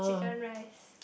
different rice